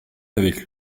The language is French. avec